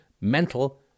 mental